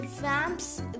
vamps